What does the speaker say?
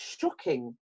shocking